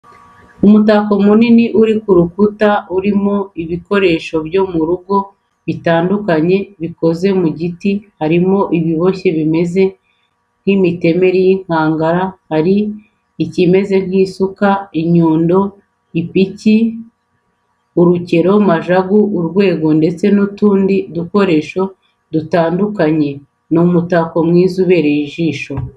Umutako munini uri ku rukuta urimo ibikoresho byo mu rugo bitandukanye bikoze mu giti harimo ibiboshye bimeze nk'mitemeri y'inkangara, hari ikimeze nk'isuka, inyundo, ipiki, urukero, majagu, urwego, ndetse n'utundi dukoresho dutandukanye, ni umutako mwiza ubereye ijisho.